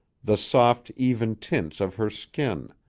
the soft, even tints of her skin,